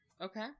Okay